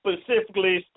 specifically